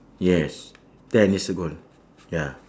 yes ten years ago ya